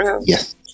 Yes